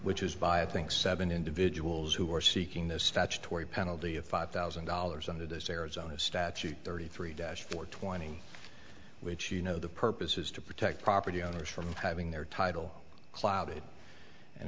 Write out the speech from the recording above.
think seven individuals who are seeking the statutory penalty of five thousand dollars under this arizona statute thirty three dash four twenty which you know the purpose is to protect property owners from having their title clouded and